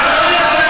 הינה הרמה.